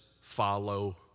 follow